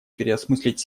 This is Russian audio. переосмыслить